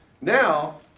Now